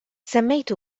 semmejt